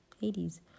hades